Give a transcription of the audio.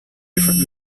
different